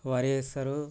వరి వేస్తారు